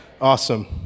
Awesome